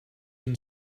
and